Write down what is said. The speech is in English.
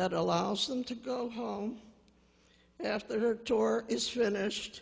that allows them to go home after torre is finished